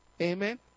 Amen